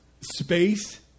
space